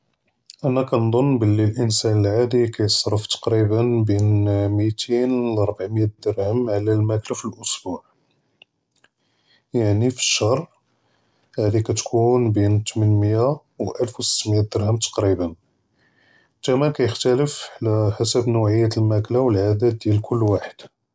אנה כנזן בלי אלאנסאן אלעאדי כיצרף תקראיבן בין מיתין ולא רבעמית דירהם עלא אלמאכלא פי אלאסבוע, יעני פי אלשהר האדי כתכון בין תמןמיא ואלף סתמיא דירהם תקראיבן, אלת'מן כיכתלף עלא חסב נעויאת אלמאכלא ואלעאדאת דיאל כל ואחד.